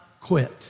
quit